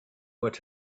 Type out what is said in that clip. what